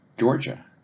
Georgia